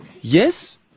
Yes